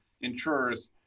insurers